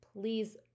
please